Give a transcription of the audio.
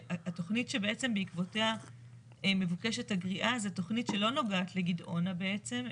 התכנית שבעצם בעקבותיה מבוקשת הגריעה זו תכנית שלא נוגעת לגדעונה בעצם,